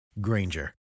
Granger